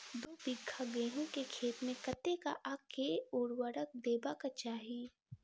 दु बीघा गहूम केँ खेत मे कतेक आ केँ उर्वरक देबाक चाहि?